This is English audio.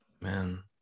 Man